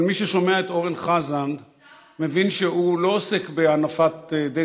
אבל מי ששומע את אורן חזן מבין שהוא לא עוסק בהנפת הדגל,